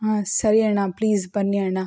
ಹಾಂ ಸರಿ ಅಣ್ಣ ಪ್ಲೀಸ್ ಬನ್ನಿ ಅಣ್ಣ